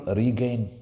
regain